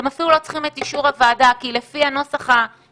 אתם אפילו לא צריכים את אישור הוועדה כי לפי הנוסח הנוכחי